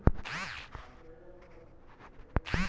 मिन माय कर्ज वेळेच्या आधी भरल तर मले काही फायदा भेटन का?